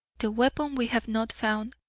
the weapon we have not found,